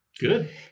Good